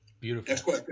Beautiful